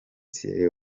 thierry